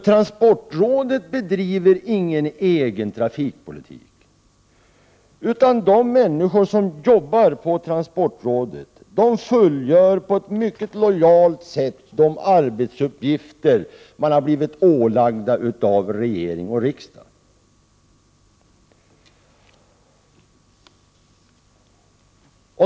Transportrådet bedriver ingen egen trafikpolitik, utan de människor som jobbar på transportrådet fullgör på ett mycket lojalt sätt de arbetsuppgifter som de har blivit ålagda av regering och riksdag.